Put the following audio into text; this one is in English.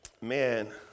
man